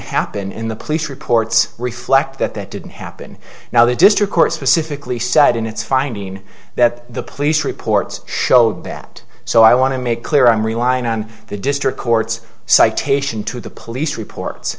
happen in the police reports reflect that that didn't happen now the district court specifically said in its finding that the police reports showed that so i want to make clear i'm relying on the district court's citation to the police reports